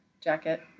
jacket